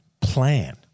plan